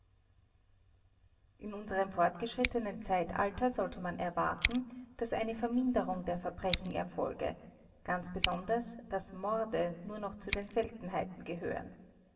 in unserem fortgeschrittenen zeitalter sollte man erwarten daß eine verminderung der verbrechen erfolge ganz besonders daß morde nur noch zu den seltenheiten gehören